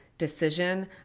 Decision